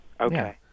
Okay